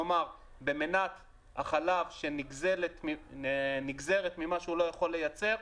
כלומר מנת החלב שנגזרת ממה שהוא לא יכול לייצר,